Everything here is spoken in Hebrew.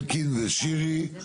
אלקין ושירי.